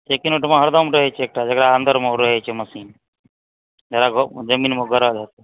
लेकिन ओहिठमा हमरदम रहैत छै एकटा जकरा अन्दरमे रहैत छै ओ मशीन जकरा जमीनमे गाड़ल हेतै